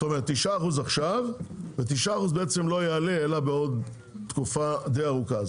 זאת אומרת 9% עכשיו ו-9% לא יעלה אלא בעוד תקופה די ארוכה.